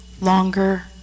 longer